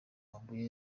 mabuye